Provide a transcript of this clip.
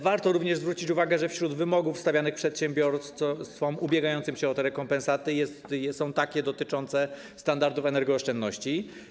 Warto również zwrócić uwagę, że wśród wymogów stawianych przedsiębiorstwom ubiegającym się o rekompensaty są te dotyczące standardów energooszczędności.